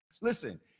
listen